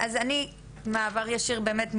אז אני במעבר ישיר באמת,